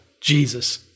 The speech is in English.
Jesus